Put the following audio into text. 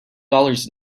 dollars